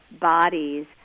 bodies